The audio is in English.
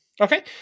Okay